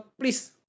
Please